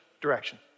direction